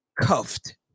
cuffed